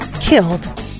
killed